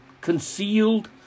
concealed